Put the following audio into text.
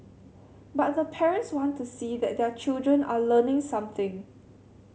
but the parents want to see that their children are learning something